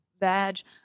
badge